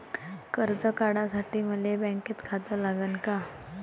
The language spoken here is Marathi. कर्ज काढासाठी मले बँकेत खातं लागन का?